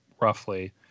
roughly